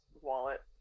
wallet